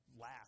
last